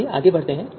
आइए आगे बढ़ते हैं